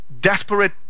desperate